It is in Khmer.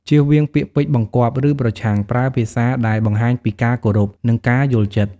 ជៀសវាងពាក្យពេចន៍បង្គាប់ ឬប្រឆាំង ប្រើភាសាដែលបង្ហាញពីការគោរព និងការយល់ចិត្ត។